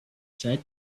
said